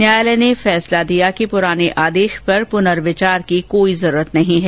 न्यायालय ने फैसला किया कि पुराने आदेश पर पुनर्विचार की कोई जरूरत नहीं है